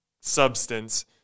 substance